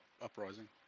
Uprising